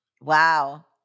Wow